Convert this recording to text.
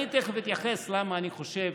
אני תכף אתייחס למה אני חושב